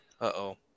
Uh-oh